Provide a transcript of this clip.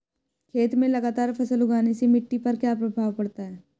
खेत में लगातार फसल उगाने से मिट्टी पर क्या प्रभाव पड़ता है?